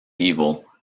evil